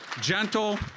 gentle